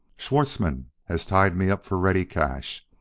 schwartzmann has tied me up for ready cash,